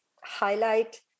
highlight